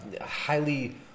highly